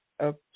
okay